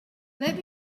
let